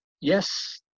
yes